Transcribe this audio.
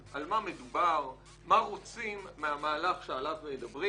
וכמובן, הרכיב האחרון שאני חושב שהוא פסול,